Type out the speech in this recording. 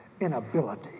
inability